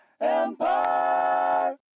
empire